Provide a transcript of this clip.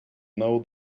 know